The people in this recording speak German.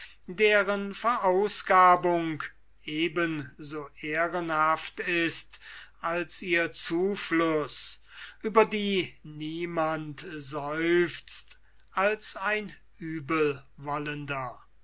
deren verausgabung eben so ehrenhaft ist als ihr zufluß über die niemand seufzt als ein